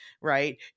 right